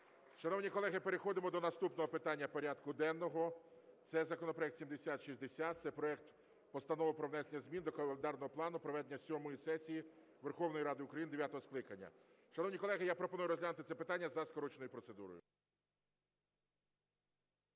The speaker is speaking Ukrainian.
Шановні колеги, переходимо до наступного питання порядку денного - це законопроект 7060. Це проект Постанови про внесення змін до календарного плану проведення сьомої сесії Верховної Ради України дев'ятого скликання. Шановні колеги, я пропоную розглянути це питання за скороченою процедурою.